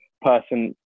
person